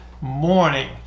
morning